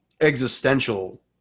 existential